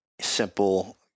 simple